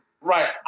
Right